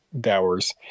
dowers